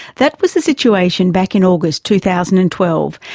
that was the situation back in august, two thousand and twelve,